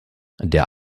der